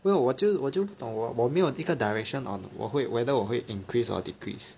没有我就我就不懂我我没有一个 direction on 我会 whether 我会 increase or decrease